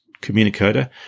communicator